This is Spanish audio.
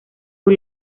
por